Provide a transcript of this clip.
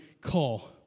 call